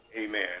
amen